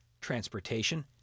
transportation